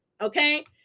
Okay